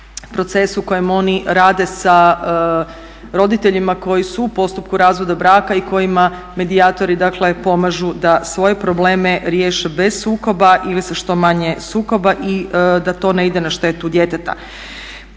procesu u kojem oni rade sa roditeljima koji su u postupku razvoda braka i kojima medijatori dakle pomažu da svoje probleme riješe bez sukoba ili sa što manje sukoba i da to ne ide na štetu djeteta.